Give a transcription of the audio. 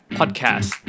podcast